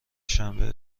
شنبه